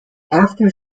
after